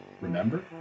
Remember